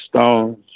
Stones